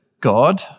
God